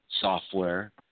software